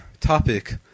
topic